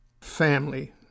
family